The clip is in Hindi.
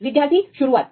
विद्यार्थी शुरुआत